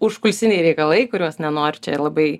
užkulisiniai reikalai kuriuos nenoriu čia labai